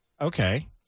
Okay